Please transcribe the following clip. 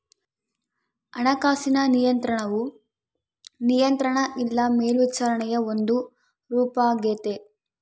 ಹಣಕಾಸಿನ ನಿಯಂತ್ರಣವು ನಿಯಂತ್ರಣ ಇಲ್ಲ ಮೇಲ್ವಿಚಾರಣೆಯ ಒಂದು ರೂಪಾಗೆತೆ